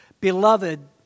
beloved